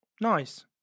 Nice